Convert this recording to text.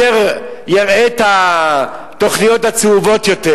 מי יותר יראה את התוכניות הצהובות יותר?